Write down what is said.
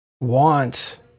want